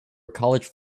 college